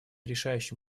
решающим